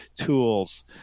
tools